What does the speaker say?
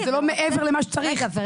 אבל זה לא מעבר למה שצריך.